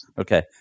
Okay